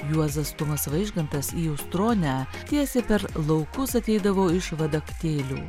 juozas tumas vaižgantas į ustronę net tiesiai per laukus ateidavo iš vadaktėlių